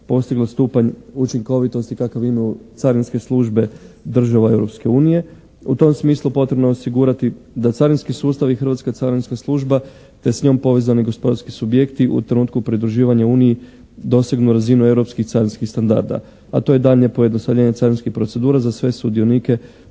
postigla stupanj učinkovitosti kakav imaju carinske službe država Europske unije. U tom smislu potrebno je osigurati da carinski sustav i Hrvatska carinska služba te s njom povezani gospodarski subjekti u trenutku pridruživanja Uniji dosegnu razinu europskih carinskih standarda, a to je daljnje pojednostavljenje carinskih procedura za sve sudionice